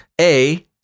A-